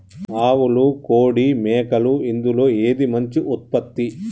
ఆవులు కోడి మేకలు ఇందులో ఏది మంచి ఉత్పత్తి?